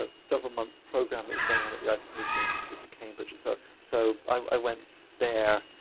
ah several months program that was going on at the isaac newton institute in cambridge. and so so, i went there,